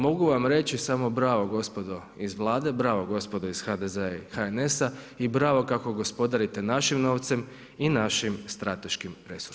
Mogu vam reći samo bravo gospodo iz Vlade, bravo gospodo iz HDZ-a i HNS-a i bravo kako gospodarite našim novcem i našim strateškim resursom.